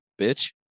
bitch